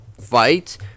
fight